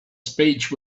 speech